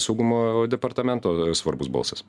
saugumo departamento svarbus balsas